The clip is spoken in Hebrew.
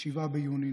7 ביוני,